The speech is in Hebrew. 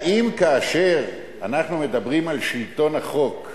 האם כאשר אנחנו מדברים על שלטון החוק,